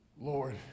Lord